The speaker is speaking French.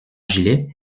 gilet